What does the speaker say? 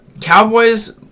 Cowboys